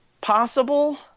possible